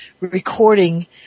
recording